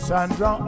Sandra